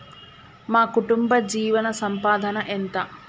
మా కుటుంబ జీవన సంపాదన ఎంత?